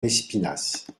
lespinasse